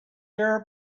your